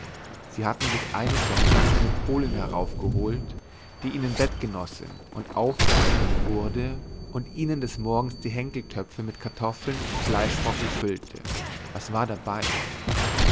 sie hatten sich eines sonntags eine polin heraufgeholt die ihnen bettgenossin und aufwärterin wurde und ihnen des morgens die henkeltöpfe mit kartoffeln und fleischbrocken füllte was war dabei